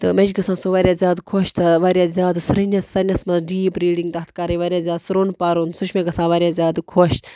تہٕ مےٚ چھِ گژھان سُہ واریاہ زیادٕ خۄش تہٕ واریاہ زیادٕ سٔرنِس سٲنِس منٛز ڈیٖپ ریٖڈِنٛگ تَتھ کَرٕنۍ واریاہ زیادٕ سرٛوٚن پَرُن سُہ چھُ مےٚ گژھان واریاہ زیادٕ خۄش